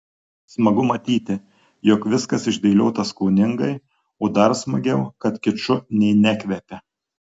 smagu matyti jog viskas išdėliota skoningai o dar smagiau kad kiču nė nekvepia